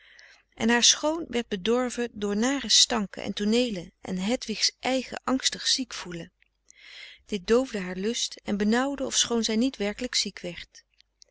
en haar schoon werd bedorven door nare stanken en tooneelen en hedwigs eigen angstig ziek voelen dit doofde haar lust en benauwde ofschoon zij niet werkelijk ziek werd